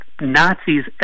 Nazis